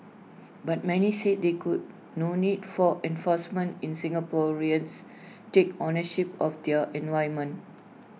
but many said IT could no need for enforcement in Singaporeans take ownership of their environment